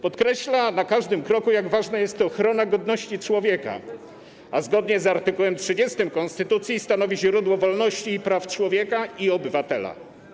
Podkreśla na każdym kroku, jak ważna jest ochrona godności człowieka, która zgodnie z art. 30 konstytucji stanowi źródło wolności i praw człowieka i obywatela.